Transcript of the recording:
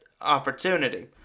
opportunity